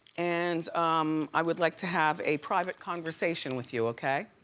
and um i would like to have a private conversation with you, okay?